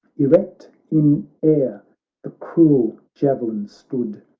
erect in air the cruel javelin stood,